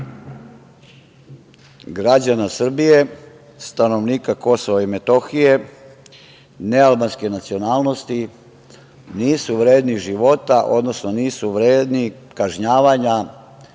građana Srbije, stanovnika KiM nealbanske nacionalnosti, nisu vredni života, odnosno nisu vredni kažnjavanja